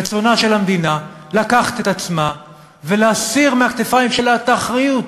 רצונה של המדינה לקחת את עצמה ולהסיר מהכתפיים שלה את האחריות,